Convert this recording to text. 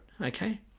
okay